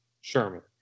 Sherman